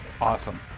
Awesome